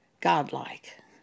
Godlike